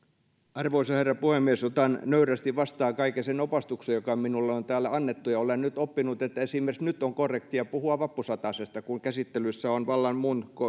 arvoisa herra puhemies otan nöyrästi vastaan kaiken sen opastuksen joka minulle on täällä annettu ja olen nyt oppinut että esimerkiksi nyt on korrektia puhua vappusatasesta kun käsittelyssä on vallan